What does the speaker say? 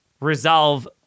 resolve